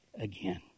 again